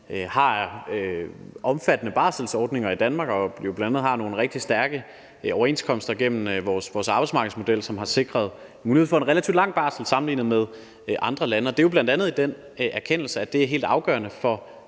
har omfattende barselsordninger i Danmark og jo bl.a. har nogle rigtig stærke overenskomster gennem vores arbejdsmarkedsmodel, som har sikret muligheden for en relativt lang barsel sammenlignet med andre lande: Det er bl.a. også ud fra den erkendelse, at det er helt afgørende for